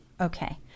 okay